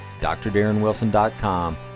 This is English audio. drdarrenwilson.com